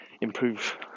improve